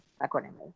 accordingly